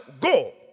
go